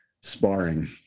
sparring